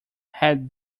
had